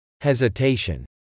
hesitation